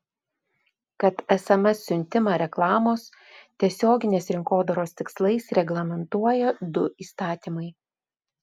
kad sms siuntimą reklamos tiesioginės rinkodaros tinklais reglamentuoja du įstatymai